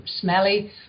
smelly